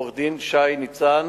עורך-הדין שי ניצן,